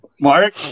Mark